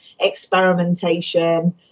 experimentation